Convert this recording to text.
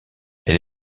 elle